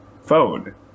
phone